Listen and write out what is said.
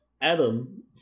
Adam